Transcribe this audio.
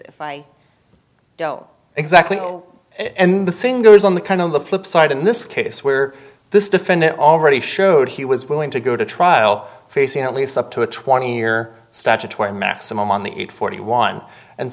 if i don't exactly know and the thing goes on the kind of the flip side in this case where this defendant already showed he was willing to go to trial facing at least up to a twenty year statutory maximum on the eight forty one and